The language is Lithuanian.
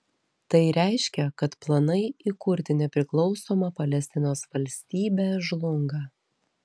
tai reiškia kad planai įkurti nepriklausomą palestinos valstybę žlunga